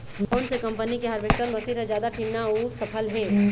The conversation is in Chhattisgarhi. कोन से कम्पनी के हारवेस्टर मशीन हर जादा ठीन्ना अऊ सफल हे?